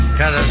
Cause